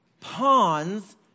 pawns